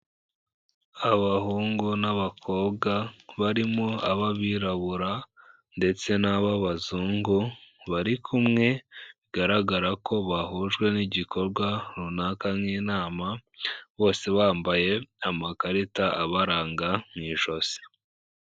Abahungu n'abakobwa barimo ababirabura ndetse n'abazungu bari kumwe, bigaragara ko bahujwe n'igikorwa runaka nk'inama, bose bambaye amakarita abaranga mu ijosi.